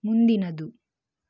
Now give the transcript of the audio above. ಮುಂದಿನದು